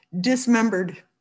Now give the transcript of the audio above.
dismembered